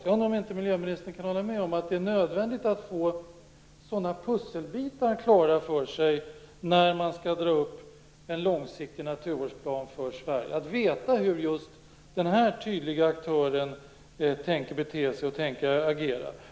Kan inte miljöministern hålla med om att det är nödvändigt att få sådana pusselbitar klara för sig när man skall dra upp en långsiktig naturvårdsplan för Sverige? Man bör få veta hur just den här tydliga aktören tänker bete sig och agera.